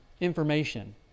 information